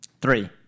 Three